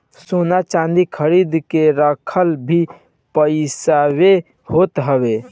सोना चांदी खरीद के रखल भी पईसवे होत हवे